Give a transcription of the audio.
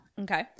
Okay